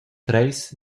treis